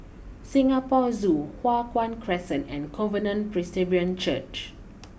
Singapore Zoo Hua Guan Crescent and Covenant Presbyterian Church